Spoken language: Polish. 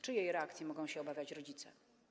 Czyjej reakcji mogą się obawiać się rodzice?